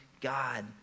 God